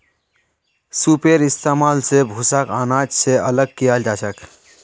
सूपेर इस्तेमाल स भूसाक आनाज स अलग कियाल जाछेक